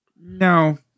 No